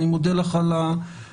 אני מודה לך על הגעתך.